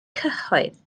cyhoedd